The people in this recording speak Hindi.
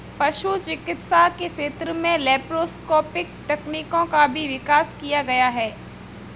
पशु चिकित्सा के क्षेत्र में लैप्रोस्कोपिक तकनीकों का भी विकास किया गया है